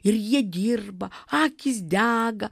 ir jie dirba akys dega